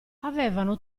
avevano